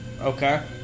Okay